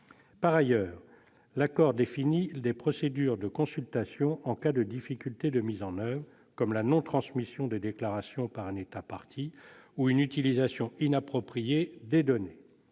Par ailleurs, l'accord définit des procédures de consultation en cas de difficultés de mise en oeuvre, comme la non-transmission des déclarations par un État partie ou une utilisation inappropriée des données.